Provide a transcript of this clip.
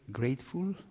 grateful